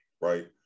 right